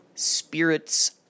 Spirits